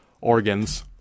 organs